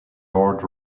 lord